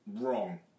wrong